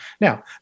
Now